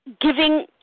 giving